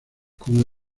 con